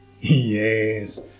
Yes